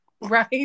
Right